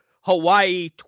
Hawaii